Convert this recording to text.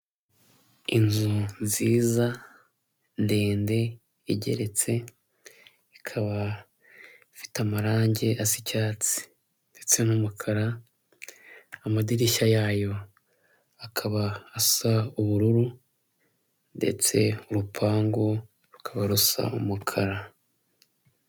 Inzu nziza ndende igeretse ikaba ifite amarangi asa icyatsi ndetse n'umukara, amadirishya yayo akaba asa ubururu ndetse urupangu rukaba rusa umukara.